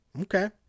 Okay